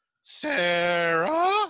Sarah